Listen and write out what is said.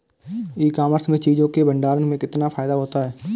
ई commerce में चीज़ों के भंडारण में कितना फायदा होता है?